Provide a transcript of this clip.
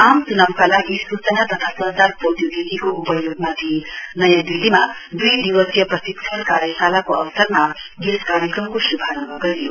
आम चुनाउका लागि सुचना तथा संचार प्रौधोगिकीको उपयोगमाथि नयाँ दिल्लीमा दुई दिवसीय प्रशिक्षण कार्यशालाको अवसरमा यस कार्यक्रमको शुभारम्भ गरियो